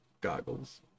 goggles